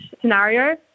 scenario